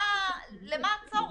למה הצורך?